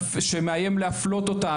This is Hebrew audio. שמאיים להפלות אותם,